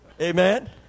Amen